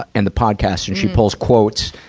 and the podcast, and she pulls quotes,